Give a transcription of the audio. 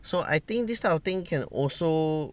so I think this type of thing can also